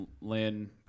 Lynn